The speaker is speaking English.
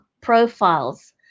profiles